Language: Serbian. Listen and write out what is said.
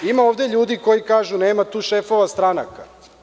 Ima ovde ljudi koji kažu – nema tu šefova stranaka.